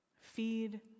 Feed